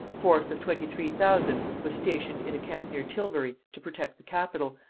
force of twenty-three thousand was stationed in a camp near tilbury to protect the capital,